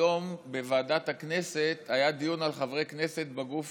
היום היה דיון בוועדת הכנסת על חברי כנסת בגוף